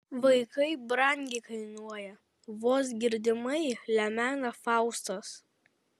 vaikai brangiai kainuoja vos girdimai lemena faustas